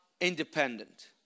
independent